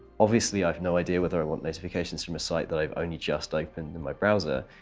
obviously, i've no idea whether i want notifications from a site that i've only just opened in my browser.